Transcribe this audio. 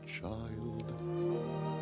child